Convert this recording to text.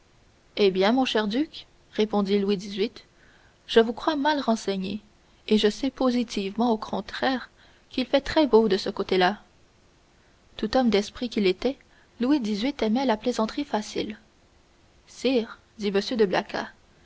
eh bien mon cher duc répondit louis xviii je vous crois mal renseigné et je sais positivement au contraire qu'il fait très beau temps de ce côté-là tout homme d'esprit qu'il était louis xviii aimait la plaisanterie facile sire dit m de blacas